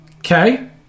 okay